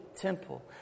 temple